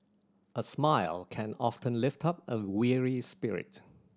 a smile can often lift up a weary spirit